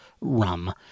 Rum